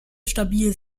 stabil